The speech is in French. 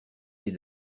les